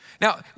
Now